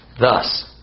Thus